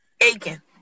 Aiken